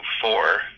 four